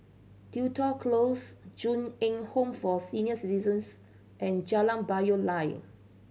Tudor Close Ju Eng Home for Senior Citizens and Jalan Payoh Lai